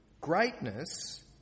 Greatness